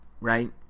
right